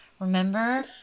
remember